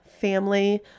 family